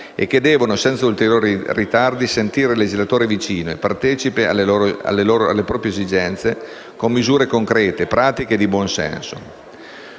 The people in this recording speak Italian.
e che devono, senza ulteriori ritardi, sentire il legislatore vicino e partecipe alle proprie esigenze, con misure concrete, pratiche e di buonsenso.